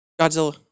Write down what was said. Godzilla